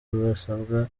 basabwa